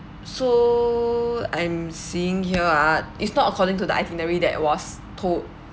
so I'm seeing here uh it's not according to the itinerary that was told